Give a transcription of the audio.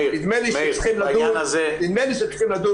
נדמה לי שצריך לדון